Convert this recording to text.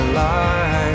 life